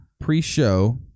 pre-show